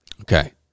Okay